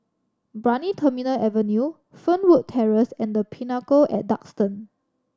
Brani Terminal Avenue Fernwood Terrace and The Pinnacle at Duxton